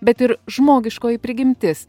bet ir žmogiškoji prigimtis